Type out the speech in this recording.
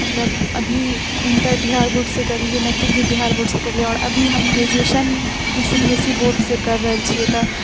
मतलब अभी इन्टर बिहार बोर्डसँ करलिऐ मेट्रिक भी बिहार बोर्डसँ करलिऐ आओर अभी हम graduation C B S E बोर्डसँ कर रहल छिऐ तऽ